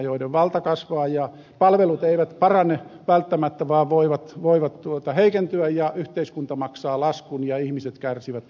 niiden valta kasvaa ja palvelut eivät parane välttämättä vaan voivat heikentyä ja yhteiskunta maksaa laskun ja ihmiset kärsivät